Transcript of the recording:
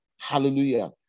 Hallelujah